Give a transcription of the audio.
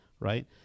right